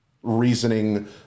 reasoning